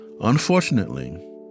Unfortunately